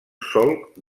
solc